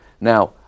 Now